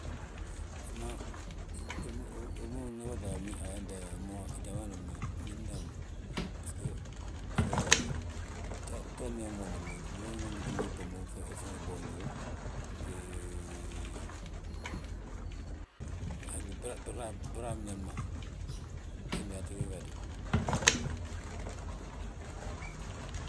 Wima. wima unhabata a hetel jamano mo, gñόb ndaani. Ta biñaŋ bimooni ma gima biñaŋ ngiisti bommu, ge fana boonji ngi braa biñaŋ ma, ge gdaatu ge ŋatu.